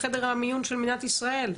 חדר המיון של מדינת ישראל.